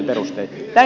näin on